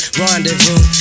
rendezvous